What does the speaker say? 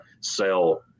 sell